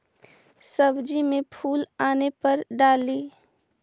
सब्जी मे फूल आने पर का डाली?